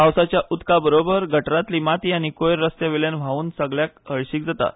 पावसाच्या उदका बाराबर गटारांतलीं माती आनी कोयर रस्त्या वयल्यान व्हांवून सगल्याक हळशीक जाता